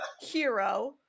hero